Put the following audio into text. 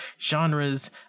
genres